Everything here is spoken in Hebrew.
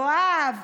יואב,